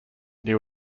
new